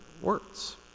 words